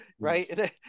Right